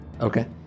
Okay